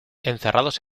encerrados